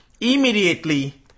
immediately